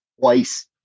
twice